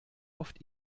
oft